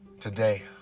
Today